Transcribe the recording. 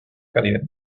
calidad